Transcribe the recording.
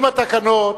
אם התקנות